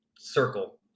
circle